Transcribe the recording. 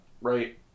right